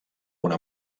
una